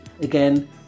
again